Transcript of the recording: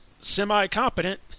semi-competent